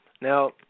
Now